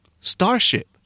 Starship